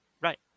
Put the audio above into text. Right